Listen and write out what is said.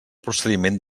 procediment